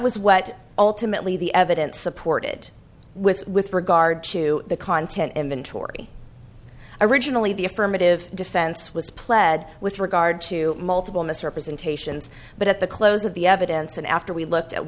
was what ultimately the evidence supported with with regard to the content inventory originally the affirmative defense was pled with regard to multiple misrepresentations but at the close of the evidence and after we looked at